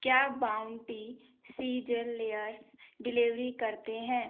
क्या bounty sizzlers delivery करते हैं